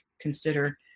consider